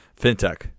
fintech